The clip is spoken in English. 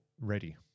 ready